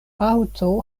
aŭto